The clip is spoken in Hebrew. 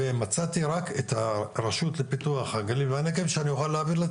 ומצאתי רק את הרשות לפיתוח הגליל והנגב שאני אוכל להעביר את